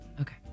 okay